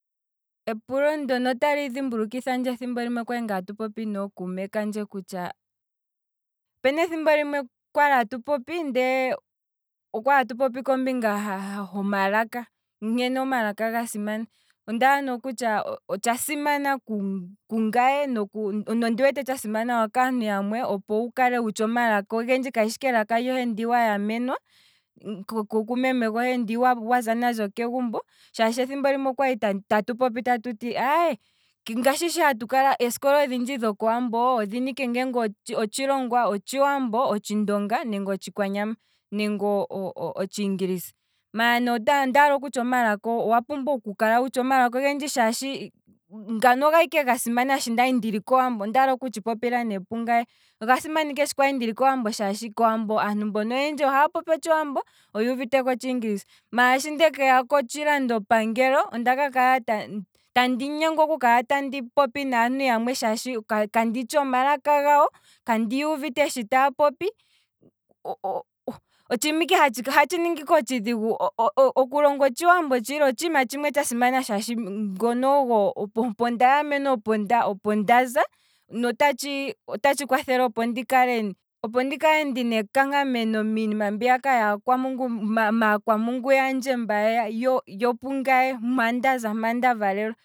Epulo ndono otali dhimbulukithandje esiku limwe twali tatu popi nookuume kandje kutya, opena ethimbo limwe kwali tatu popi ndele okwali tatu popi kombinga ho- homalaka, nkene omalaka gasimana, kungaye nondi wete tsha simana kaantu yamwe, oku tshuwa omalaka ogendji kayishi ike elaka lyohe ndi wa yamenwa kumeme gohe ndi waza nalyo kegumbo, shaashi ethimbo limwe okwali tatu popi tatu ti aye, ngaashi shi hatu kala, eesikola odhindji dhoko wambo odhina ike ngeenge otshilongwa, otshiwambo, oshindonga nenge otshikwanyama, nenge otshiingilisa, ondaala kutya omalaka, owa pumbwa oku kala wutshi omalaka ogendji shaashi, ngano ogali ike ga simana sho ndali ndili kowambo, ondaala oku tshipopila ne pungaye, oga simana ike sho kwali ndili kowambo, shaashi oyendji ohaya popi otshiwambo yo oyuuviteko otshiingilisa, maala shi ndeke ya koshilandopangelo, onda ka kala tandi nyengwa oku popya naantu yamwe shaashi kanditshi omalaka gawo, kandi yuuvite sho taapopi, oha tshi ningi ike otshidhigu, okulongwa otshiwambo tshili otshiima tsha simana shaashi ngono ogo, opo nda yamena opo- opo ndaza, nota tshi kwathele opo ndi kale, opo ndi kale ndina ekankameno miinima mbiyaka yaakwampungu, maa kwamungu yandje ngaye yopungaye. mpa ndaza mpoka nda valelwa